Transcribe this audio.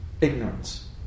ignorance